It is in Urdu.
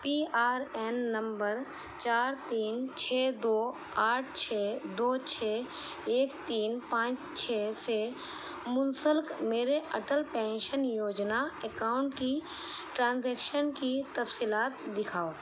پی آر این نمبر چار تین چھ دو آٹھ چھ دو چھ ایک تین پانچ چھ سے منسلک میرے اٹل پینشن یوجنا اکاؤنٹ کی ٹرانزیکشن کی تفصیلات دکھاؤ